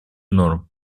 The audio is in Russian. норм